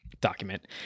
document